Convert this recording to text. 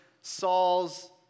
Saul's